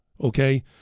Okay